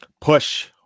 Push